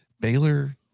Baylor –